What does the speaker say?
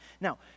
Now